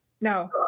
No